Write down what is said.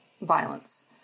violence